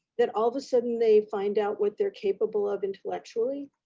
that all of a sudden they find out what they're capable of intellectually,